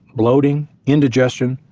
bloating, indigestion,